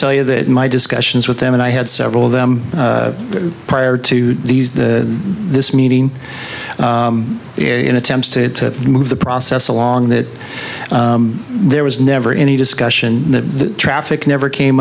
tell you that my discussions with them and i had several of them prior to these this meeting in attempts to move the process along that there was never any discussion the traffic never came